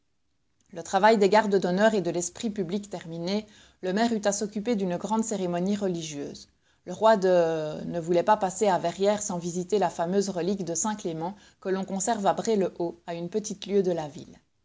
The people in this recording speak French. le travail des gardes d'honneur et de l'esprit public terminé le maire eut à s'occuper d'une grande cérémonie religieuse le roi de ne voulait pas passer à verrières sans visiter la fameuse relique de saint clément que l'on conserve à bray le haut à une petite lieue de la ville